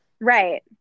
Right